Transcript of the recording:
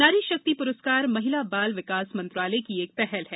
नारी शक्ति पुरस्कार महिला बाल विकास मंत्रालय की एक पहल है